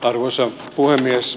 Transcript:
arvoisa puhemies